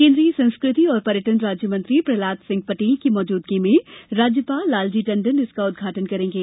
केंद्रीय संस्कृति और पर्यटन राज्य मंत्री प्रह्लाद सिंह पटेल की मौजूदगी में राज्यपाल लालजी टंडन इसका उद्घाटन करेंगे